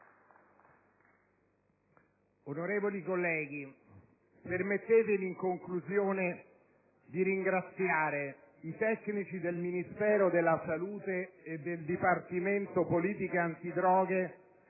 Onorevoli colleghi, permettetemi in conclusione di ringraziare i tecnici del Ministero della salute, del Dipartimento per le politiche antidroga